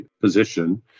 position